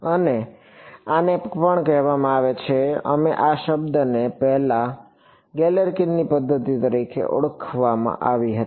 અને આને પણ કહેવામાં આવે છે અમે આ શબ્દને પહેલા ગેલેર્કિનની પદ્ધતિ તરીકે ઓડખવા માં આવતી હતી